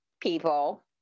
people